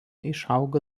išaugo